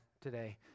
today